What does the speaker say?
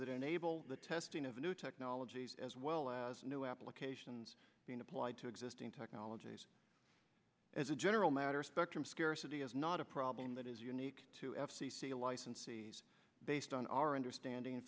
enable the testing of new technologies as well as new applications being applied to existing technologies as a general matter spectrum scarcity is not a problem that is unique to f c c licensees based on our understanding and